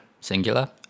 Singular